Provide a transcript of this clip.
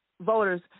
voters